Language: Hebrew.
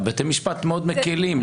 בתי משפט מאוד מקלים.